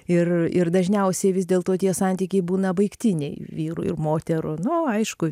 ir ir dažniausiai vis dėlto tie santykiai būna baigtiniai vyrų ir moterų nu aišku